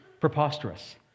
preposterous